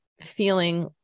feeling